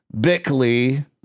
bickley